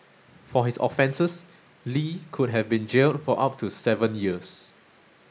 for his offences Li could have been jailed for up to seven years